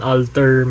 Alter